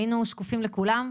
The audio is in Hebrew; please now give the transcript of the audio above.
היינו שקופים לכולם,